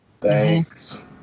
Thanks